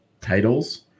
titles